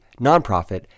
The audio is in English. nonprofit